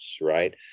right